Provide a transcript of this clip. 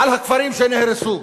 על הכפרים שנהרסו,